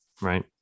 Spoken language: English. right